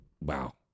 Wow